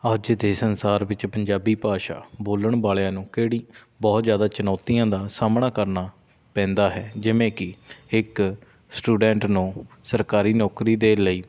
ਅੱਜ ਦੇ ਸੰਸਾਰ ਵਿੱਚ ਪੰਜਾਬੀ ਭਾਸ਼ਾ ਬੋਲਣ ਵਾਲਿਆਂ ਨੂੰ ਕਿਹੜੀ ਬਹੁਤ ਜ਼ਿਆਦਾ ਚੁਣੌਤੀਆਂ ਦਾ ਸਾਹਮਣਾ ਕਰਨਾ ਪੈਂਦਾ ਹੈ ਜਿਵੇਂ ਕਿ ਇੱਕ ਸਟੂਡੈਂਟ ਨੂੰ ਸਰਕਾਰੀ ਨੌਕਰੀ ਦੇ ਲਈ